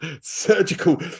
surgical